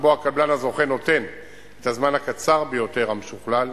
שבו הקבלן הזוכה נותן את הזמן הקצר ביותר המשוכלל.